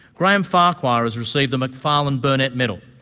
graham farquhar has received the macfarlane burnet medal,